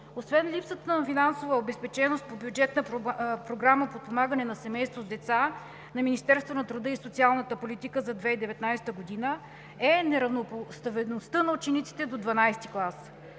освен липсата на финансова обезпеченост по бюджетна програма „Подпомагане на семейство с деца“ на Министерството на труда и социалните политика за 2019 г. е и неравнопоставеността на учениците до XII клас.